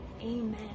Amen